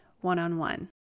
one-on-one